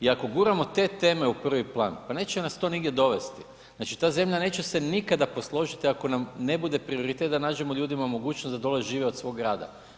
I ako guramo te teme u prvi plan neće nas to nigdje dovesti, znači ta zemlja neće se nikada posložiti ako ne bude prioritet da nađemo ljudima mogućnost da dole žive od svog rada.